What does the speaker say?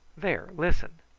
there, listen!